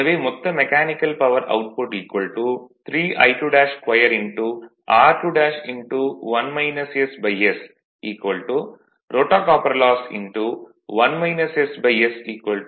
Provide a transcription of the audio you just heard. எனவே மொத்த mechanical power output 3 I22 r21 ss rotor copper loss 1 ss 1